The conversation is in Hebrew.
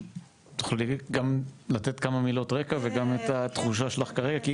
תוכלי גם לתת כמה מילות רקע וגם את התחושה שלך כרגע?